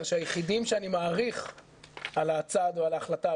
שהיחידים שאני מעריך על הצעד ועל ההחלטה,